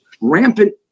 rampant